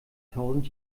tausend